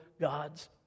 God's